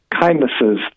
kindnesses